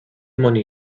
money